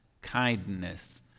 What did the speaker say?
kindness